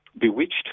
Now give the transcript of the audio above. bewitched